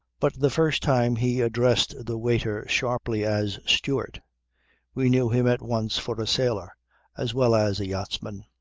but the first time he addressed the waiter sharply as steward we knew him at once for a sailor as well as a yachtsman.